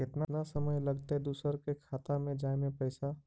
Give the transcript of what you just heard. केतना समय लगतैय दुसर के खाता में जाय में पैसा?